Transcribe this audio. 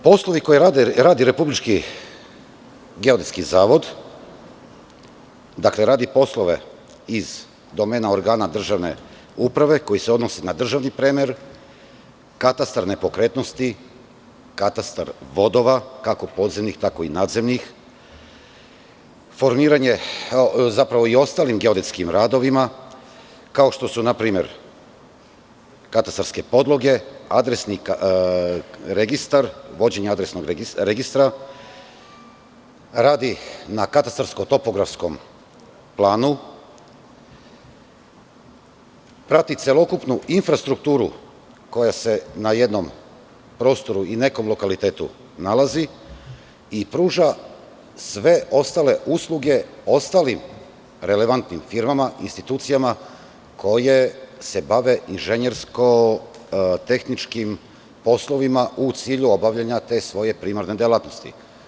Poslovi koje radi Republički geodetski zavod, dakle, radi poslove iz domena organa državne uprave koji se odnosi na državni premer, katastar nepokretnosti, katastar vodova, kako podzemnih, tako i nadzemnih, i ostalim geodetskim radovima, kao što su na primer: katastarske podloge, adresni registar, vođenje adresnog registra, radi na katastarsko-topografskom planu, prati celokupnu infrastrukturu koja se na jednom prostoru i nekom lokalitetu nalazi i pruža sve ostale usluge ostalim relevantnim firmama, institucijama koje se bave inženjersko-tehničkim poslovima u cilju obavljanja te svoje primarne delatnosti.